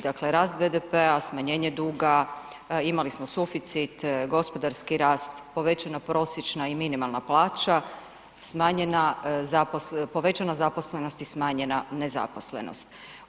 Dakle, rast BDP-a, smanjenje duga, imali smo suficit, gospodarski rast, povećana prosječna i minimalna plaća, povećana zaposlenost i smanjena nezaposlenost.